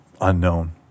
Unknown